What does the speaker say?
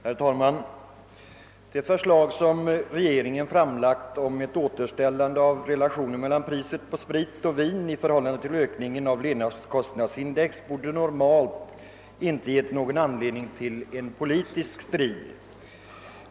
Herr talman! Det förslag som regeringen framlagt om ett återställande av relationen mellan priset på sprit och vin samt ökningen av levnadskostnadsindex borde normalt inte ha gett någon anledning till en politisk strid.